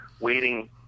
waiting